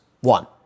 One